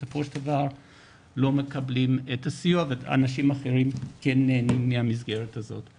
בסופו של דבר לא מקבלים את הסיוע ואנשים אחרים כן נהנים מהמסגרת הזאת.